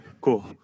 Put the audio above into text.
cool